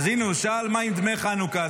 הינה, הוא שאל מה עם דמי החנוכה.